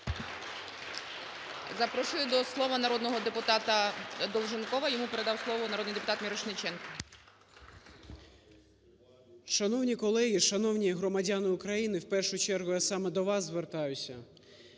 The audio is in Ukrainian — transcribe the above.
Запрошую до слова народного депутатаДолженкова. Йому передав слово народний депутат Мірошниченко. 12:41:47 ДОЛЖЕНКОВ О.В. Шановні колеги! Шановні громадяни України! В першу чергу я саме до вас звертаюсь,